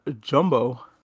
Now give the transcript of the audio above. Jumbo